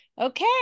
okay